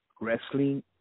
Wrestling